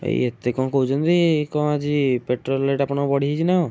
ଭାଇ ଏତେ କ'ଣ କହୁଛନ୍ତି କ'ଣ ଆଜି ପେଟ୍ରୋଲ ରେଟ୍ ଆପଣଙ୍କ ବଢ଼ିଯାଇଛି ନା କ'ଣ